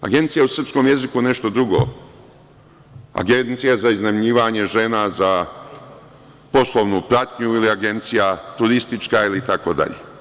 Agencija je u srpskom jeziku nešto drugo – agencija za iznajmljivanje žena za poslovnu pratnju ili agencija turistička, itd.